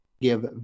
give